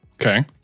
Okay